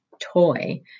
toy